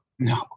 No